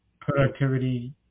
productivity